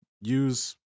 use